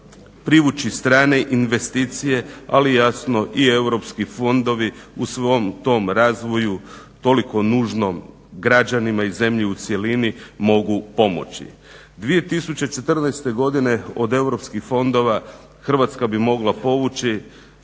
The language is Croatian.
privući strane investicije ali jasno i EU fondovi u tom svom razvoju toliko nužnom građanima i zemlji u cjelini mogu pomoći. 2014.godine od EU fondova Hrvatska bi mogla povući